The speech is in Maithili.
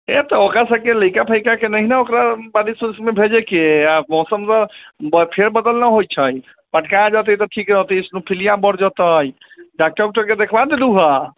ए तऽ ओका सब के लैका फैकाके नहि न ओकरा पाटी सूटीमे भेजैके आ मौसम तऽ बफे बगल न होइ छै पटका जेतै तऽ ठीक रहतै स्नोफेलिया बढ़ जेतैऽ डाक्टर उक्टर के देखा दू ने वहाँ